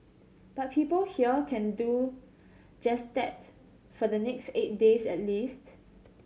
but people here can do just that for the next eight days at least